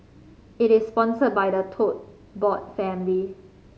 it is sponsored by the Tote Board family